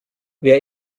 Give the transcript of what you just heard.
wer